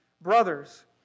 Brothers